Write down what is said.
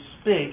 speak